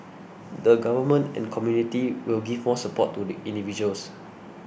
the government and community will give more support to the individuals